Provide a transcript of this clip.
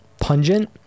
pungent